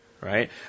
Right